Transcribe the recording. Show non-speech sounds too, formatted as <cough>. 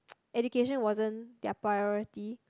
<noise> education wasn't their priority